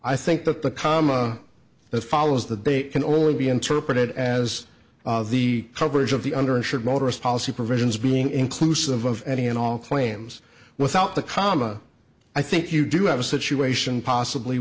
i think that the comma that follows the bait can only be interpreted as the coverage of the under insured motorists policy provisions being inclusive of any and all claims without the comma i think you do have a situation possibly